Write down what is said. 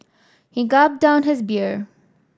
he gulped down his beer